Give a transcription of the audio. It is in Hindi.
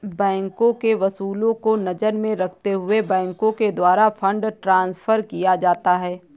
बैंकों के उसूलों को नजर में रखते हुए बैंकों के द्वारा फंड ट्रांस्फर किया जाता है